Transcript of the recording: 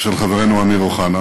של חברנו אמיר אוחנה.